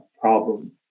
problem